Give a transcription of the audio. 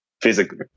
physically